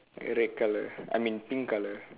red colour I mean pink colour